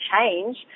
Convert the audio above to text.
change